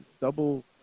double